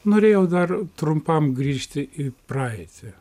norėjau dar trumpam grįžti į praeitį